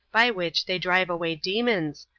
by which they drive away demons,